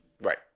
Right